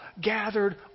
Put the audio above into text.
gathered